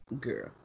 girl